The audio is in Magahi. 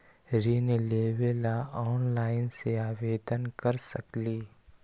ऋण लेवे ला ऑनलाइन से आवेदन कर सकली?